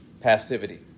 passivity